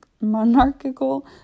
monarchical